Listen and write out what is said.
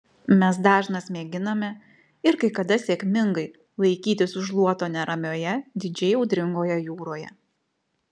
mes dažnas mėginame ir kai kada sėkmingai laikytis už luoto neramioje didžiai audringoje jūroje